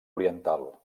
oriental